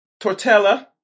Tortella